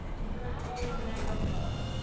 these are arlington echo props,